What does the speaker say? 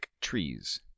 trees